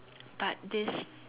but this